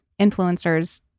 influencers